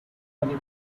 other